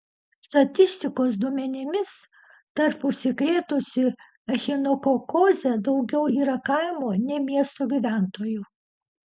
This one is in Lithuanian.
statistikos duomenimis tarp užsikrėtusių echinokokoze daugiau yra kaimo nei miesto gyventojų